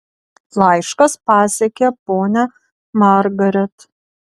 laiškas pasiekė ponią margaret